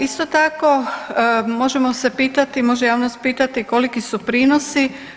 Isto tako možemo se pitati, može javnost pitati koliki su prinosi?